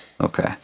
Okay